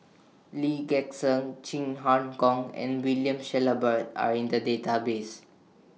Lee Gek Seng Chin Harn Gong and William Shellabear Are in The Database